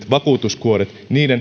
vakuutuskuorten